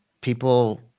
people